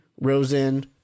Rosen